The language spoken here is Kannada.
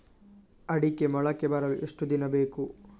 ಅಡಿಕೆ ಮೊಳಕೆ ಬರಲು ಎಷ್ಟು ದಿನ ಬೇಕು?